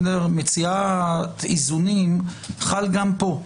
מציאת איזונים חל גם פה.